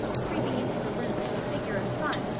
creeping into the room, a figure of fun,